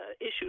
issue